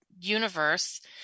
universe